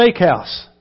Steakhouse